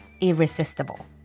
irresistible